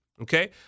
okay